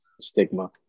stigma